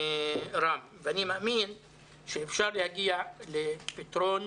ואני מאמין שאפשר להגיע לפתרון